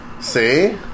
See